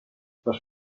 les